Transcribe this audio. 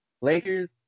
Lakers